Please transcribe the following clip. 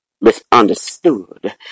misunderstood